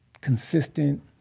consistent